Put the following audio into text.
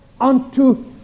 unto